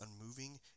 unmoving